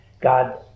God